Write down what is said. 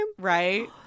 right